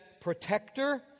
protector